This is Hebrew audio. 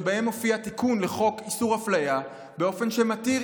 שבהם מופיע תיקון לחוק איסור הפליה באופן שמתיר